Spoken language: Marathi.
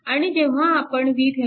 आणि जेव्हा आपण VThevenin